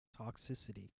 toxicity